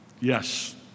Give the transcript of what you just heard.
Yes